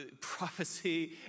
prophecy